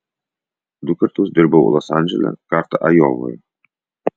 du kartus dirbau los andžele kartą ajovoje